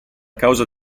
causa